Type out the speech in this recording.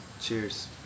Cheers